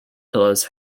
pillows